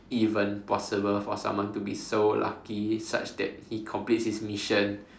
even possible for someone to be so lucky such that he completes his mission